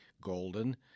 golden